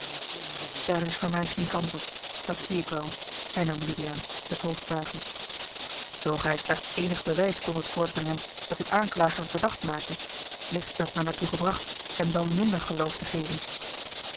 daar is voor mij geene kans op dat zie ik wel hernam juliaan het hoofd buigend zoo gij slechts eenig bewijs kondet voortbrengen dat uw aanklager verdacht maakte licht werd men er toe gebracht hem dan minder geloof te geven